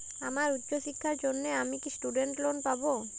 আমার উচ্চ শিক্ষার জন্য আমি কি স্টুডেন্ট লোন পাবো